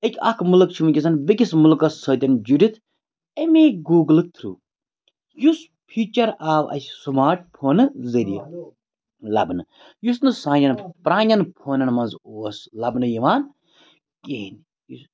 أکۍ اَکھ مُلک چھِ وٕنکیٚسَن بیٚکِس مُلکَس سۭتۍ جُڑِتھ امے گوٗگلہٕ تھرٛوٗ یُس فیٖچَر آو اَسہِ سُماٹ فونہٕ ذٔریعہٕ لَبنہٕ یُس نہٕ سانیٚن پرٛانیٚن فونَن منٛز اوس لَبنہٕ یِوان کِہیٖنۍ یُس